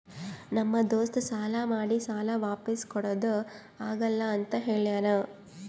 ನಮ್ ದೋಸ್ತ ಸಾಲಾ ಮಾಡಿ ಸಾಲಾ ವಾಪಿಸ್ ಕುಡಾದು ಆಗಲ್ಲ ಅಂತ ಹೇಳ್ಯಾನ್